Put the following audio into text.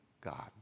God